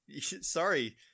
sorry